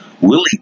Willie